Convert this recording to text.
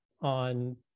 on